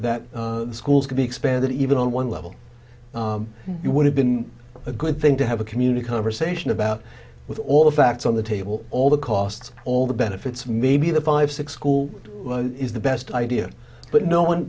that schools could be expanded even on one level you would have been a good thing to have a community conversation about with all the facts on the table all the costs all the benefits maybe the five six school is the best idea but no one